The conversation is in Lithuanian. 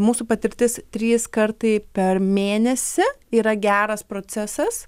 mūsų patirtis trys kartai per mėnesį yra geras procesas